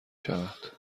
شود